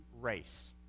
race